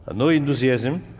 ah no enthusiasm,